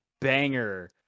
banger